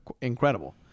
incredible